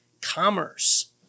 commerce